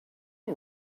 all